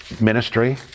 ministry